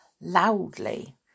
loudly